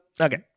okay